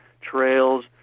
trails